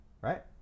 right